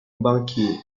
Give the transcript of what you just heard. banquier